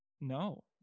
no